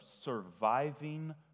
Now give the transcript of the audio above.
surviving